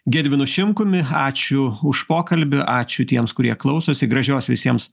gediminu šimkumi ačiū už pokalbį ačiū tiems kurie klausosi gražios visiems